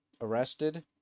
arrested